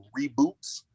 reboots